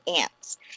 ants